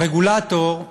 הרגולטור,